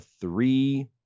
three